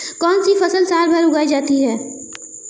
कौनसी फसल साल भर उगाई जा सकती है?